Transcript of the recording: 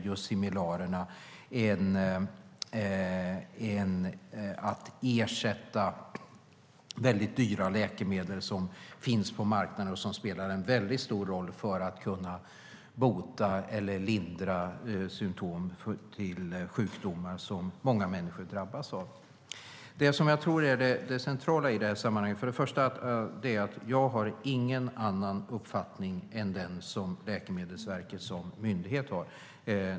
Just similarerna kommer att ersätta väldigt dyra läkemedel som finns på marknaden och som spelar stor roll för att kunna bota eller lindra symtom på sjukdomar som många människor drabbas av. Till att börja med har jag ingen annan uppfattning än den som Läkemedelsverket som myndighet har.